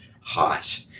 hot